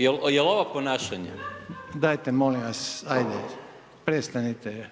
Željko (HDZ)** Dajte molim vas ajde, prestanite.